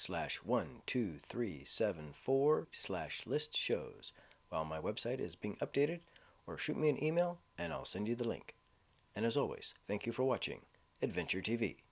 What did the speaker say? slash one two three seven four slash list shows on my website is being updated or shoot me an email and i'll send you the link and as always thank you for watching adventure t